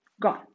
gone